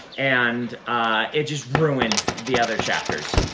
and it just ruined the other chapters.